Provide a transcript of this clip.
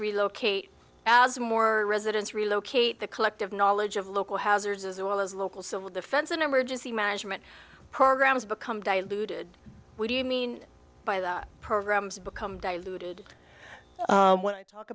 relocate as more residents relocate the collective knowledge of local hazards as well as local civil defense and emergency management programs become diluted we do you mean by that programs become diluted when i talk